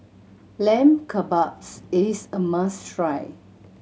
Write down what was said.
Lamb Kebabs is a must try